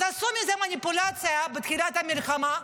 אז עשו מזה מניפולציה בתחילת המלחמה,